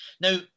Now